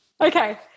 Okay